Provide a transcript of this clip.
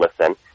listen